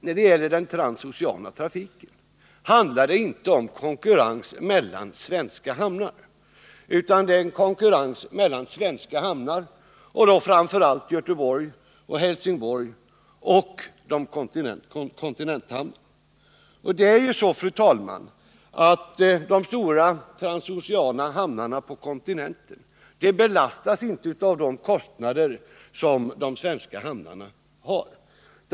När det gäller den transoceana trafiken handlar det inte om konkurrens mellan svenska hamnar utan det gäller konkurrens mellan svenska hamnar — framför allt i Göteborg och Helsingborg — och kontinentala hamnar. De stora transoceana hamnarna på kontinenten belastas inte av de kostnader de svenska hamnarna har.